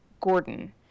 Gordon